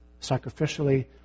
Sacrificially